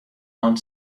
around